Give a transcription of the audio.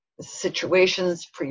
situations